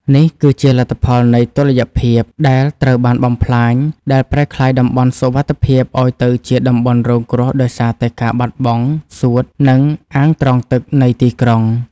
នេះគឺជាលទ្ធផលនៃតុល្យភាពដែលត្រូវបានបំផ្លាញ ដែលប្រែក្លាយតំបន់សុវត្ថិភាពឱ្យទៅជាតំបន់រងគ្រោះដោយសារតែការបាត់បង់ សួត និង អាងត្រងទឹក នៃទីក្រុង។